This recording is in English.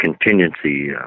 contingency